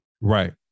Right